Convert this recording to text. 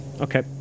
Okay